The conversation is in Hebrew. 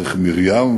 דרך מרים,